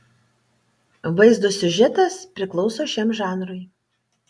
vaizdo siužetas priklauso šiam žanrui